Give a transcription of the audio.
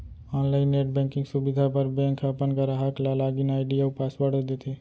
online net banking सुबिधा बर bank ह अपन गराहक ल लॉगिन आईडी अउ पासवर्ड देथे